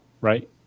right